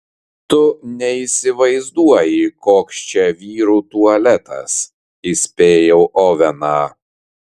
tu neįsivaizduoji koks čia vyrų tualetas įspėjau oveną